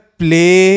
play